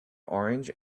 orange